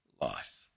life